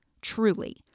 truly